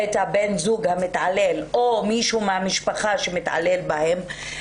את בן הזוג המתעלל או מישהו מהמשפחה שמתעלל בהן,